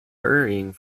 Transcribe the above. hurrying